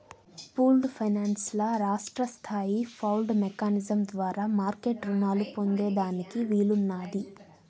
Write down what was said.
pooled finance ల రాష్ట్రస్తాయి pooled mechanism ద్వారా మార్మెట్ రునాలు పొందేదానికి వీలున్నాది